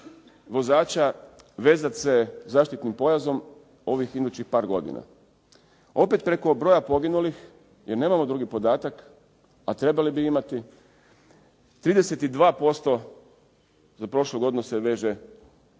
vozača vezati se zaštitnim pojasom ovih idućih par godina. Opet preko broja poginulih jer nemamo drugi podatak a trebali bi imati 32% za prošlu godinu se veže